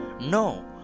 no